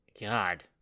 God